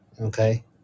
Okay